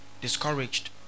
discouraged